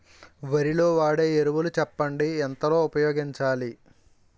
వరిలో వాడే ఎరువులు చెప్పండి? ఎంత లో ఉపయోగించాలీ?